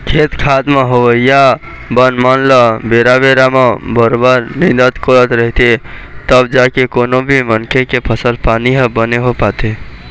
खेत खार म होवइया बन मन ल बेरा बेरा म बरोबर निंदत कोड़त रहिथे तब जाके कोनो भी मनखे के फसल पानी ह बने हो पाथे